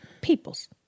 Peoples